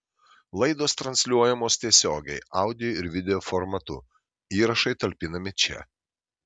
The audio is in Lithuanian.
laidos transliuojamos tiesiogiai audio ir video formatu įrašai talpinami čia